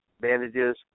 bandages